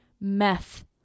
Meth